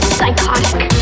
Psychotic